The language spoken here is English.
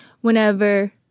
whenever